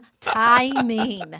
timing